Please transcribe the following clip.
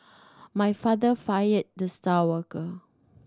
my father fired the star worker